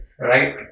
right